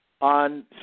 on